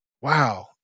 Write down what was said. wow